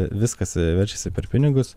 viskas verčiasi per pinigus